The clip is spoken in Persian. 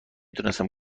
تونستم